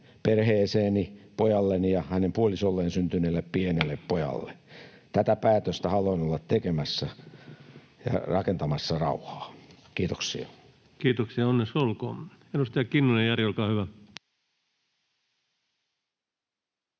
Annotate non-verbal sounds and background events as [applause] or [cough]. perheeseeni pojalleni ja hänen puolisolleen syntyneelle pienelle pojalle. [noise] Tätä päätöstä haluan olla tekemässä ja rakentamassa rauhaa. — Kiitoksia. Kiitoksia. Onneksi olkoon! — Edustaja Kinnunen, Jari, olkaa hyvä.